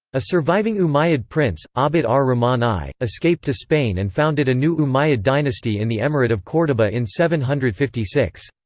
a surviving umayyad prince, abd-ar-rahman i, escaped to spain and founded a new umayyad dynasty in the emirate of cordoba in seven hundred and fifty six.